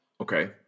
Okay